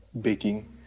baking